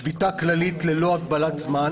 שביתה כללית ללא הגבלת זמן.